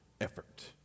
effort